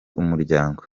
umuryango